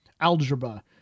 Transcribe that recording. algebra